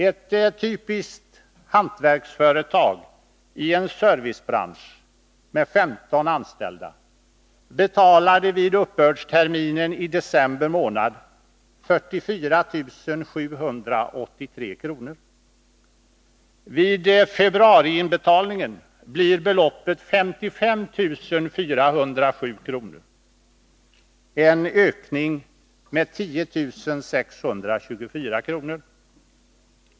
Ett typiskt hantverksföretag i en servicebransch med 15 anställda betalade vid uppbördsterminen i december månad 44 783 kr. Vid februariinbetalningen blir beloppet 55 407 kr., en ökning med 10 624 kr.